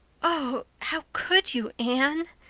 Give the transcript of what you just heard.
oh how could you, anne?